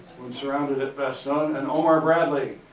when surrounded at bastogne. and omar bradley.